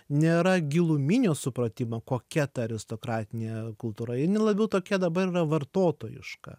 nėra giluminio supratimo kokia ta aristokratinė kultūra jinai labiau tokia dabar vartotojiška